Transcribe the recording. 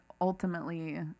ultimately